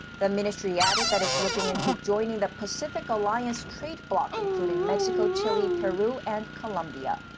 the ministry added that it's looking into joining the pacific alliance trade bloc including mexico, chile, peru and columbia.